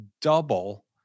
double